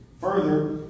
Further